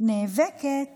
נאבקת